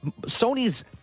Sony's